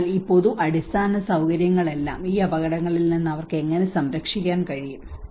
അതിനാൽ ഈ പൊതു അടിസ്ഥാന സൌകര്യങ്ങളെല്ലാം ഈ അപകടങ്ങളിൽ നിന്ന് അവർക്ക് എങ്ങനെ സംരക്ഷിക്കാൻ കഴിയും